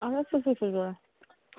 اَہَن سُہ تہِ چھِ ضوٚرَتھ